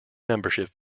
membership